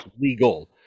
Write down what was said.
legal